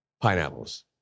pineapples